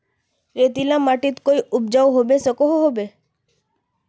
रेतीला माटित कोई उपजाऊ होबे सकोहो होबे?